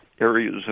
areas